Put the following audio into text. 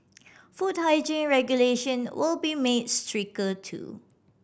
food hygiene regulation will be made stricter too